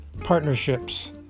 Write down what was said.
partnerships